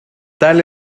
tal